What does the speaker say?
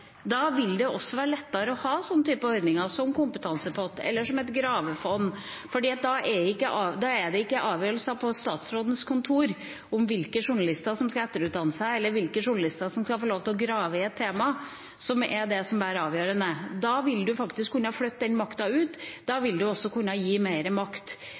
Da vil det også være lettere å ha slike typer ordninger, som kompetansepott eller gravefond. For da avgjøres det ikke på statsrådens kontor hvilke journalister som skal etterutdanne seg, eller hvilke journalister som skal få lov til å grave i et tema. Da vil man faktisk flytte den makta ut, og da vil man også kunne gi mer makt